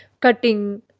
cutting